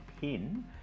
pin